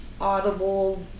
audible